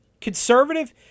conservative